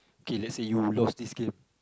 okay let's say you lost this game